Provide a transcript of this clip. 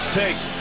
takes